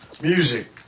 Music